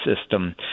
system